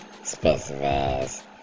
Expensive-ass